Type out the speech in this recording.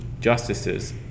justices